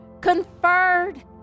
conferred